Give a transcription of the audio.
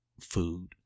food